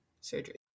surgery